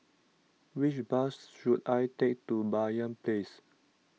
which bus should I take to Banyan Place